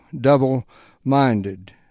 double-minded